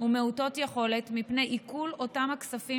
ומעוטות יכולות מפני עיקול אותם כספים